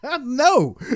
No